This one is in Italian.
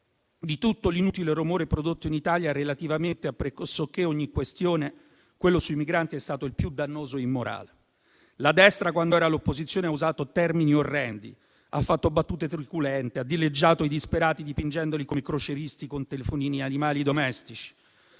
di tutto l'inutile rumore prodotto in Italia relativamente a pressoché ogni questione, quello sui migranti è stato il più dannoso e immorale. La destra, quando era all'opposizione, ha usato termini orrendi, ha fatto battute truculente, ha dileggiato i disperati dipingendoli come crocieristi con telefonini e animali domestici;